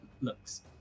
looks